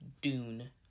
Dune